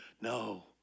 No